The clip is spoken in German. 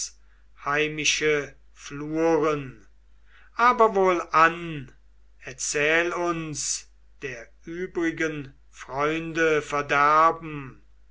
heimische fluren aber wohlan erzähl uns der übrigen freunde verderben